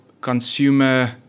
consumer